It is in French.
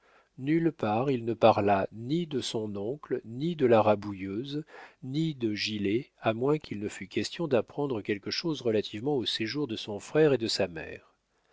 nulle part il ne parla ni de son oncle ni de la rabouilleuse ni de gilet à moins qu'il ne fût question d'apprendre quelque chose relativement au séjour de son frère et de sa mère